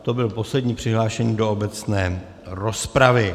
To byl poslední přihlášený do obecné rozpravy.